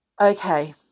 okay